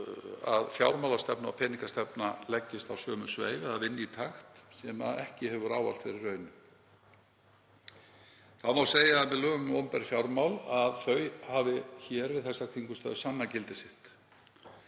fjármálastefna og peningastefna leggjast á sömu sveif eða vinna í takt, sem ekki hefur ávallt verið raunin. Það má segja að lög um opinber fjármál hafi við þessar kringumstæður sannað gildi sitt